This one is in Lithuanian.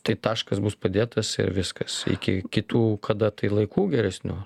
tai taškas bus padėtas ir viskas iki kitų kada tai laikų geresnio